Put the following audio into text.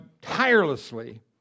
tirelessly